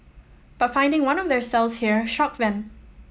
but finding one of their cells here shocked them